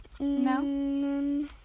No